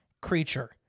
creature